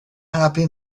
happy